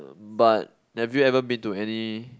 but have you ever been to any